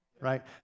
right